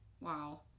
Wow